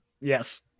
Yes